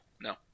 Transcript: no